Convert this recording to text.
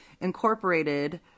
incorporated